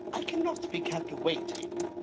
i cannot be kept waiting.